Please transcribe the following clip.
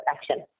Action